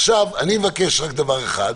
עכשיו, אני מבקש רק דבר אחד,